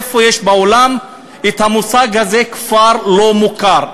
איפה יש בעולם מושג כזה, כפר לא מוכר?